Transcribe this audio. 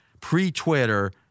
pre-Twitter